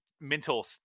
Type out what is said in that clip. mental